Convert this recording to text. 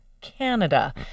Canada